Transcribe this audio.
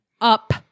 Up